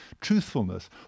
truthfulness